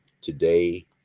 Today